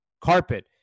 carpet